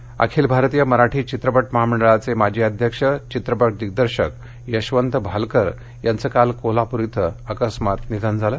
निधन अखिल भारतीय मराठी चित्रपट महामंडळाचे माजी अध्यक्ष चित्रपट दिग्दर्शक यशवंत भालकर यांच काल कोल्हापूर इथ अकस्मात निधन झालं